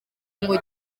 ngo